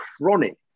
chronic